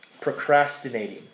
procrastinating